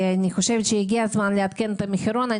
אני חושבת שהגיע הזמן לעדכן את המחירון.